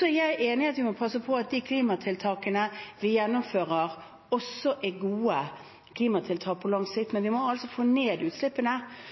Jeg er enig i at vi må passe på at de klimatiltakene vi gjennomfører, også er gode klimatiltak på lang sikt.